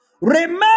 Remember